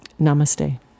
Namaste